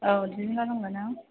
औ डिजाइन नांगौना